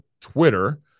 twitter